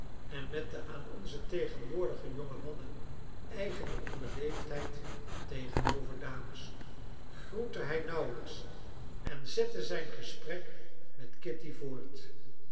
en met de aan onze tegenwoordige jonge mannen eigene onbeleefdheid tegenover dames groette hij nauwelijks en zette zijn gesprek met kitty voort